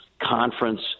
conference